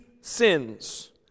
sins